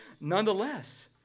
nonetheless